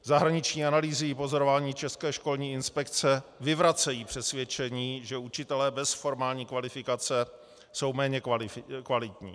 Zahraniční analýzy i pozorování České školní inspekce vyvracejí přesvědčení, že učitelé bez formální kvalifikace jsou méně kvalitní.